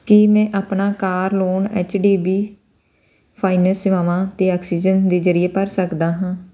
ਕੀ ਮੈਂ ਆਪਣਾ car loan H D B finance ਸੇਵਾਵਾਂ ਅਤੇ ਆਕਸੀਜਨ ਦੇ ਜ਼ਰੀਏ ਭਰ ਸਕਦਾ ਹਾਂ